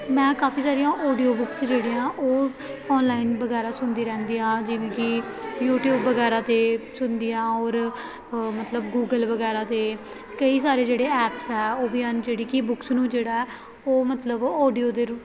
ਮੈਂ ਕਾਫ਼ੀ ਜ਼ਿਆਦਾ ਔਡੀਓ ਬੁੱਕਸ ਜਿਹੜੀਆਂ ਉਹ ਔਨਲਾਈਨ ਵਗੈਰਾ ਸੁਣਦੀ ਰਹਿੰਦੀ ਹਾਂ ਜਿਵੇਂ ਕਿ ਯੂਟਿਊਬ ਵਗੈਰਾ 'ਤੇ ਸੁਣਦੀ ਹਾਂ ਔਰ ਮਤਲਬ ਗੂਗਲ ਵਗੈਰਾ 'ਤੇ ਕਈ ਸਾਰੇ ਜਿਹੜੇ ਐਪਸ ਆ ਉਹ ਵੀ ਹਨ ਜਿਹੜੀ ਕਿ ਬੁੱਕਸ ਨੂੰ ਜਿਹੜਾ ਉਹ ਮਤਲਬ ਔਡੀਓ ਦੇ ਰੂਪ